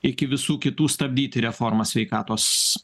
iki visų kitų stabdyti reformą sveikatos